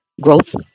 growth